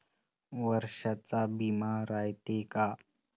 वर्षाचा बिमा रायते का?